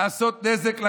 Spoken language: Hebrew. לעשות נזק לחלשים,